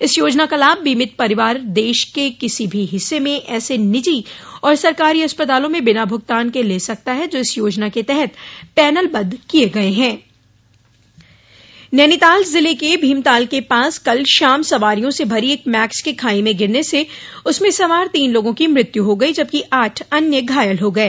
इस योजना का लाभ बीमित परिवार देश के किसी भी हिस्से में ऐसे निजी और सरकारी अस्पतालों में बिना भुगतान के ले सकता है जो इस योजना के तहत पैनल बद्ध किए गए हें दर्घटना र्ननीताल जिले के भीमताल के पास कल शाम सवारियों से भरी एक मैक्स के खाई में गिरने से उसमें सवार तीन लोगों की मृत्यू हो गई जबकि आठ अन्य घायल हो गए